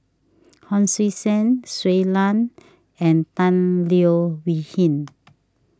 Hon Sui Sen Shui Lan and Tan Leo Wee Hin